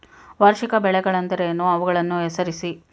ವಾರ್ಷಿಕ ಬೆಳೆಗಳೆಂದರೇನು? ಅವುಗಳನ್ನು ಹೆಸರಿಸಿ?